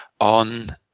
on